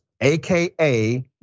aka